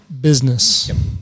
Business